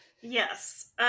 yes